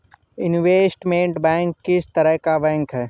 Investment bank किस तरह का बैंक है?